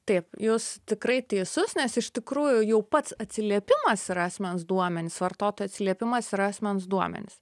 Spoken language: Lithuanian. taip jūs tikrai teisus nes iš tikrųjų jau pats atsiliepimas yra asmens duomenys vartotojo atsiliepimas yra asmens duomenys